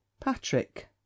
Patrick